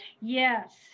Yes